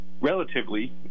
relatively